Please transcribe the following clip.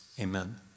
Amen